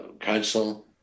Council